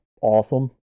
awesome